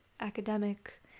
academic